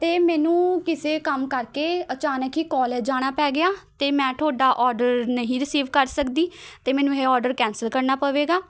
ਅਤੇ ਮੈਨੂੰ ਕਿਸੇ ਕੰਮ ਕਰਕੇ ਅਚਾਨਕ ਹੀ ਕੋਲੇਜ ਜਾਣਾ ਪੈ ਗਿਆ ਅਤੇ ਮੈਂ ਤੁਹਾਡਾ ਔਡਰ ਨਹੀਂ ਰਿਸੀਵ ਕਰ ਸਕਦੀ ਅਤੇ ਮੈਨੂੰ ਇਹ ਔਡਰ ਕੈਂਸਲ ਕਰਨਾ ਪਵੇਗਾ